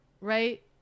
right